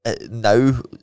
...now